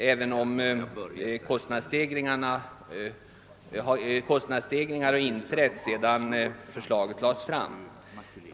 Detta även om man beaktar kostnadsstegringarna sedan förslaget lades fram.